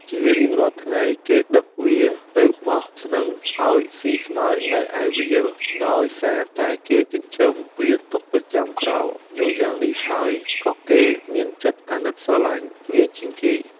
ជារៀងរាល់ថ្ងៃ គេដឹកវាទៅបោះស្នឹងឲ្យស៊ីស្មៅនៅឯវាល ដោយសារតែគេចិញ្ចឹមវាទុកប្រចាំក្រោលយូរយ៉ាងនេះហើយ គេក៏មានចិត្តអាណិតស្រឡាញ់វាជាងគេ។